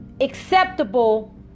acceptable